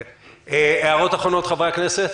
הערות אחרונות, חברי הכנסת?